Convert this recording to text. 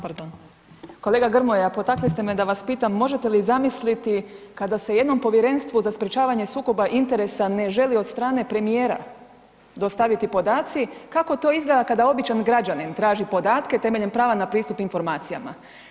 pardon, kolega Grmoja potakli ste me da vas pitam, možete li zamisliti kada se jednom Povjerenstvu za sprječavanje sukoba interesa ne želi od strane premijera dostaviti podaci, kako to izgleda kada običan građanin traži podatke temeljem prava na pristup informacijama.